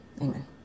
Amen